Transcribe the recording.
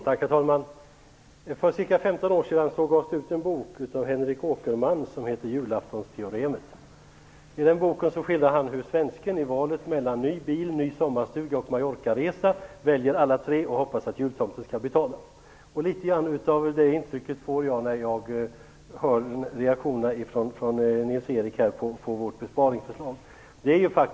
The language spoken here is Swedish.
Herr talman! För ca 15 år sedan gavs det ut en bok av Henrik Åkerman som hette Julaftonsteoremet. I den boken skildrar han hur svensken i valet mellan ny bil, ny sommarstuga och Mallorcaresa väljer alla tre och hoppas att jultomten skall betala. Litet av det intrycket får jag när jag hör Nils-Erik Söderqvists reaktioner på vårt besparingsförslag.